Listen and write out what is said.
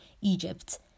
Egypt